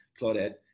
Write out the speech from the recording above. Claudette